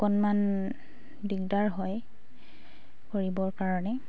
অকণমান দিগদাৰ হয় কৰিবৰ কাৰণে